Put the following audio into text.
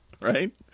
right